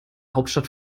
hauptstadt